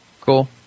Cool